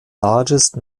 largest